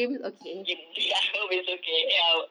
you do I hope it's okay eh I'm